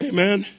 Amen